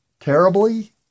terribly